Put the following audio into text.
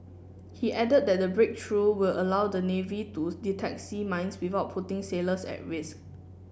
he added that the breakthrough will allow the navy to detect sea mines without putting sailors at risk